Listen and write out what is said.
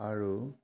আৰু